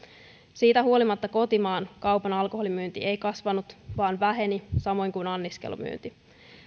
siitä huolimatta kotimaankaupan alkoholin myynti ei kasvanut vaan väheni samoin kuin anniskelumyynti